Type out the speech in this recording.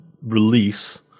release